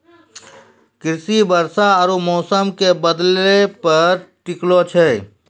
कृषि वर्षा आरु मौसमो के बदलै पे टिकलो छै